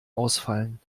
ausfallen